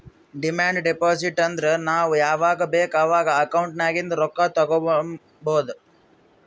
demand deposit ಅಂದುರ್ ನಾವ್ ಯಾವಾಗ್ ಬೇಕ್ ಅವಾಗ್ ಅಕೌಂಟ್ ನಾಗಿಂದ್ ರೊಕ್ಕಾ ತಗೊಬೋದ್